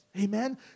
Amen